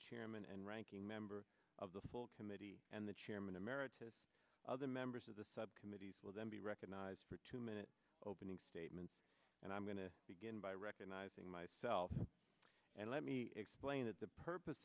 chairman and ranking member of the full committee and the chairman emeritus other members of the subcommittee will then be recognized for two minutes opening statement and i'm going to begin by recognizing myself and let me explain that the purpose